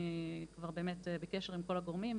אני כבר באמת בקשר עם כל הגורמים,